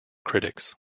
critics